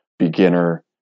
beginner